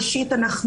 ראשית,